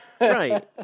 Right